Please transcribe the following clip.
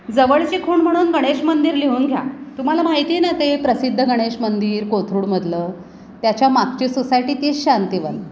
जवळची खूण म्हणून गणेश मंदिर लिहून घ्या तुम्हाला माहिती आहे ना ते प्रसिद्ध गणेश मंदिर कोथरूडमधलं त्याच्या मागची सोसायटी तीच शांतीवन